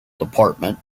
department